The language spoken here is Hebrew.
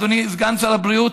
אדוני סגן שר הבריאות,